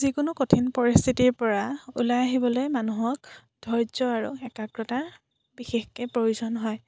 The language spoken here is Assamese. যিকোনো কঠিন পৰিস্থিতিৰ পৰা ওলাই আহিবলৈ মানুহক ধৈৰ্য্য আৰু একাগ্ৰতা বিশেষকৈ প্ৰয়োজন হয়